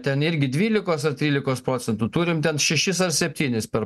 ten irgi dvylikos ar trylikos procentų turim ten šešis ar septynis per